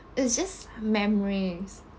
it's just memories